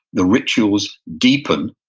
the rituals deepen.